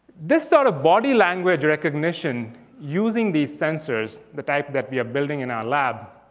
this sort of body language recognition using these sensors, the type that we are building in our lab.